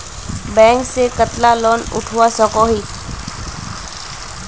Bank से कतला loan उठवा सकोही?